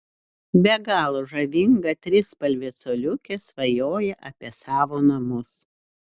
be galo žavinga trispalvė coliukė svajoja apie savo namus